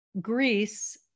greece